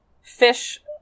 fish